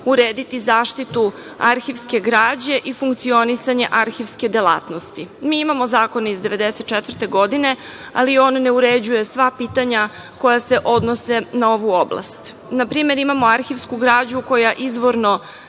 urediti zaštitu arhivske građe i funkcionisanja arhivske delatnosti. Mi imamo zakon iz 1994. godine, ali on ne uređuje sva pitanja koja se odnose na ovu oblast. Na primer, imamo arhivsku građu, koja izvorno